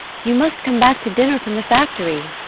you must come back to dinner from the factory.